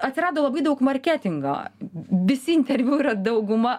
atsirado labai daug marketingo visi interviu yra dauguma